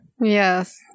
Yes